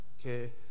okay